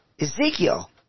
Ezekiel